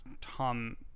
Tom